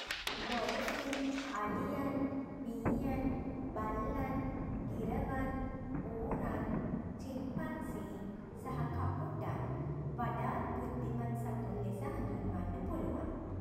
Dolphin අලියන් මීයන් බල්ලන් ගිරවන් ඌරන් චිම්පන්සීන් සහ කපුටන් වඩාත් බුද්ධිමත් සතුන් ලෙස හඳුන්වන්න පුළුවන්.